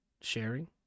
sharing